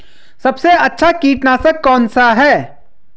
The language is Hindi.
सबसे अच्छा कीटनाशक कौन सा है?